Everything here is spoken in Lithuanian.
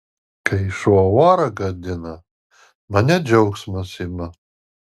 kai šuo orą gadina mane džiaugsmas ima